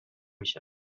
میشود